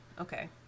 Okay